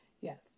Yes